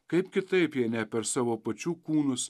kaip kitaip jei ne per savo pačių kūnus